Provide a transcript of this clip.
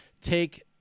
take